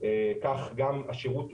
כך גם השירות ישתפר.